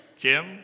Kim